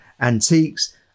antiques